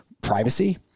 privacy